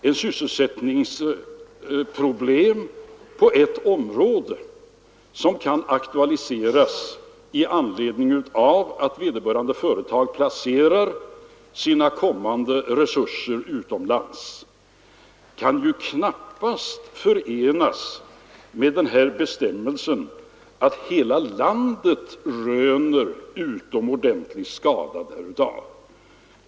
Ett sysselsättningsproblem på ett område som kan aktualiseras i anledning av att vederbörande företag placerar sina kommande resurser utomlands kan ju knappast förenas med den här bestämmelsen att valutautförsel får vägras endast om hela landet röner utomordentlig skada därav.